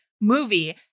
movie